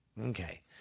okay